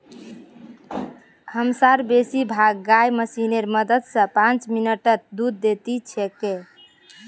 हमसार बेसी भाग गाय मशीनेर मदद स पांच मिनटत दूध दे दी छेक